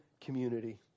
community